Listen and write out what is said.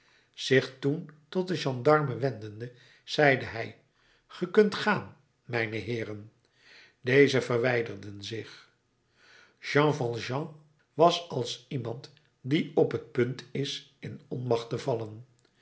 zich toen tot de gendarmen wendende zeide hij ge kunt gaan mijne heeren dezen verwijderden zich jean valjean was als iemand die op t punt is in onmacht te vallen